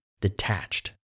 detached